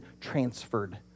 transferred